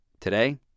Today